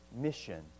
mission